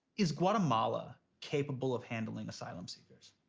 is guatemala capable of handling asylum seekers?